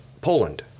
Poland